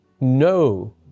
No